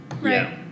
Right